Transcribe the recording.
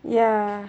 ya